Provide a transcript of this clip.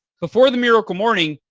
before the miracle morning,